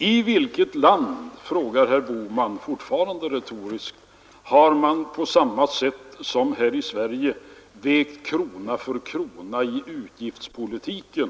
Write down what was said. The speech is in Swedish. I vilket land, frågar herr Bohman, fortfarande retoriskt, har man på samma sätt som här i Sverige vägt krona för krona i utgiftspolitiken?